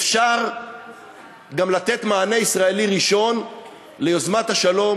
אפשר גם לתת מענה ישראלי ראשון ליוזמת השלום